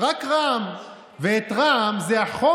נעשה אפשרות